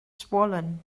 swollen